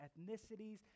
ethnicities